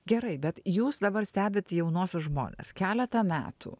gerai bet jūs dabar stebit jaunuosius žmones keletą metų